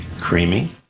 Creamy